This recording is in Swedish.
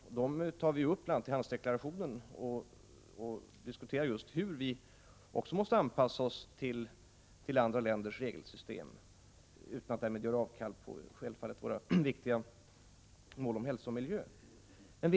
I handelsdeklarationen tar vi upp bl.a. dessa och diskuterar hur vi måste anpassa oss till andra länders regelsystem, självfallet utan att därmed avstå från våra viktiga mål när det gäller hälsa och miljö.